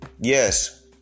yes